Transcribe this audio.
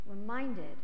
reminded